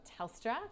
telstra